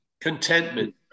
Contentment